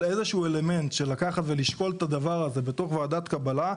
אבל איזה שהוא אלמנט של לקחת ולשקול את הדבר הזה בתוך ועדת קבלה,